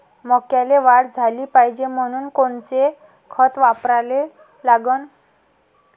मक्याले वाढ झाली पाहिजे म्हनून कोनचे खतं वापराले लागन?